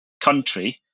country